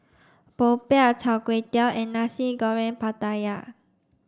Popiah Char Kway Teow and Nasi Goreng Pattaya